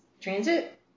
transit